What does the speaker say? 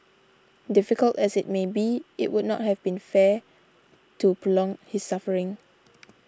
difficult as it may be it would not have been fair to prolong his suffering